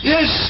Yes